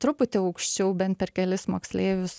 truputį aukščiau bent per kelis moksleivius